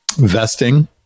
vesting